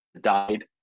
died